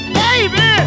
baby